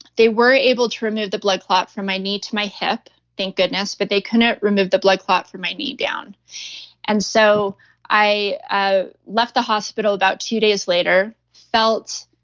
they were able to remove the blood clot from my knee to my hip, thank goodness but they couldn't remove the blood clot from my knee down and so i ah left left the hospital about two days later, felt.